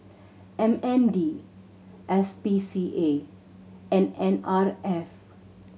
M N D S P C A and N R F